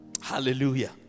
Hallelujah